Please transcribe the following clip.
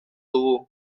dugu